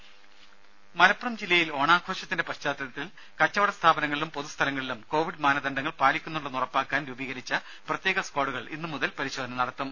ദേദ മലപ്പുറം ജില്ലയിൽ ഓണാഘോഷത്തിന്റെ പശ്ചാത്തലത്തിൽ കച്ചവട സ്ഥാപനങ്ങളിലും പൊതുസ്ഥലങ്ങളിലും കോവിഡ് മാനദണ്ഡങ്ങൾ പാലിക്കുന്നുണ്ടെന്ന് ഉറപ്പാക്കാൻ രൂപീകരിച്ച പ്രത്യേക സ്ക്വാഡുകൾ ഇന്നു മുതൽ പരിശോധന നടത്തും